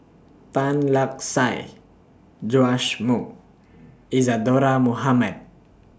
Tan Lark Sye Joash Moo Isadhora Mohamed